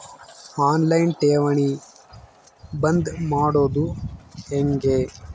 On line ಠೇವಣಿ ಬಂದ್ ಮಾಡೋದು ಹೆಂಗೆ?